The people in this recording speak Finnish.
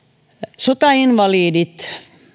sotainvalidit